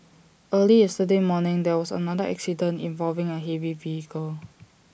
early yesterday morning there was another accident involving A heavy vehicle